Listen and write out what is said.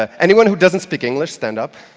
ah anyone who doesn't speak english, stand up!